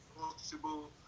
possible